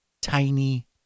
tiny